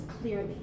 clearly